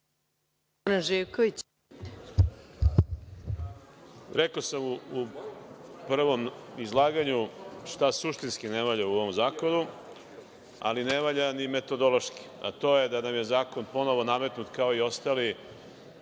Rekao sam u prvom izlaganju šta suštinski ne valja u ovom zakonu, ali ne valja ni metodološki, a to je da nam je zakon ponovo nametnut, kao i ostali,